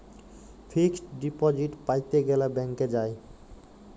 fixed deposit প্যাতে গ্যালে ব্যাংকে যায়